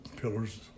Pillars